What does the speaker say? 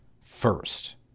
first